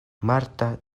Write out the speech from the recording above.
marta